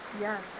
Yes